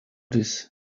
this